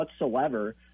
whatsoever